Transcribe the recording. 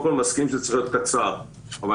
מסכים שזה צריך להיות קצר: א',